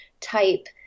type